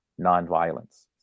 nonviolence